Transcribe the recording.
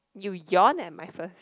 you yawned at my first